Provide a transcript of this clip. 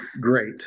great